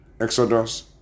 Exodus